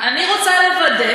אני רוצה לוודא,